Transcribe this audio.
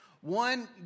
One